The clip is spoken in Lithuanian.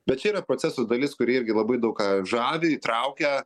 bet yra proceso dalis kuri irgi labai daug ką žavi įtraukia